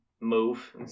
move